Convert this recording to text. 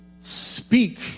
speak